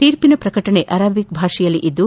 ತೀರ್ಪಿನ ಪ್ರಕಟಣೆ ಅರೆಬಿಕ್ ಭಾಷೆಯಲ್ಲಿದ್ದು